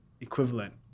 equivalent